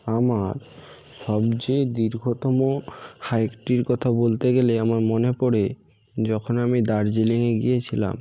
আমার সবচেয়ে দীর্ঘতম হাইকটির কথা বলতে গেলে আমার মনে পড়ে যখন আমি দার্জিলিংয়ে গিয়েছিলাম